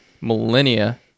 millennia